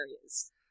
areas